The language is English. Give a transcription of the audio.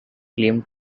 claim